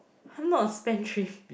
I'm not a spendthrift